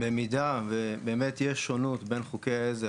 במידה ויש שונות בין חוקי העזר,